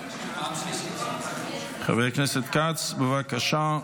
חבר הכנסת כץ, בבקשה.